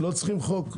לא צריכים בכלל חוק.